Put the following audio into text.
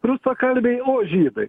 rusakalbiai o žydai